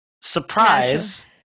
Surprise